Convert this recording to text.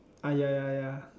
I ya ya ya